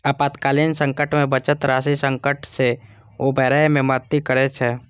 आपातकालीन संकट मे बचत राशि संकट सं उबरै मे मदति करै छै